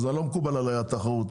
אז לא מקובל עליי התחרות,